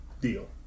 Deal